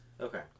Okay